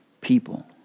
people